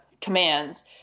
commands